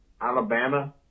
Alabama